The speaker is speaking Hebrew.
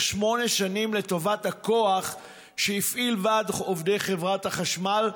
שמונה שנים לטובת הכוח שהפעיל ועד עובדי חברת החשמל,